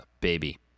baby